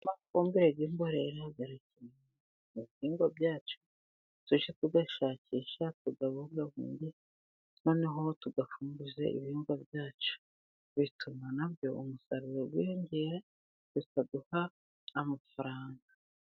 Amafumbire y' imborera afumbira ibihingwa byacu tujya tuyashakisha tuyabungabunge noneho tugafumbize ibihingwa byacu bituma nabyo umusaruro wiyongera bikaduha amafaranga.